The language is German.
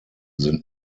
sind